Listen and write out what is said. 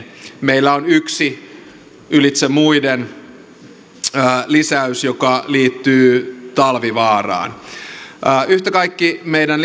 meillä on yksi ylitse muiden lisäys joka liittyy talvivaaraan yhtä kaikki meidän